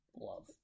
love